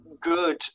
good